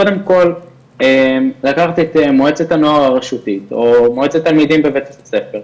קודם כל לקחת את מועצת הנוער הרשותית או מועצת התלמידים בבית הספר,